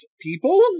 people